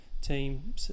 team